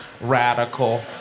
radical